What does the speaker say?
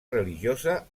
religiosa